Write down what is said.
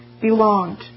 belonged